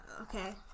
Okay